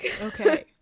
Okay